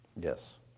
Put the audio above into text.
Yes